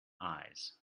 eyes